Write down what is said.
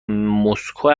مسکو